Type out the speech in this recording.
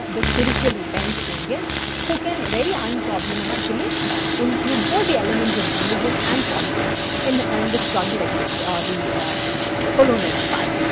the spiritually bent india who can very unproblematically include both the elements of religion and politics in the um the struggle against ah the colonial empire.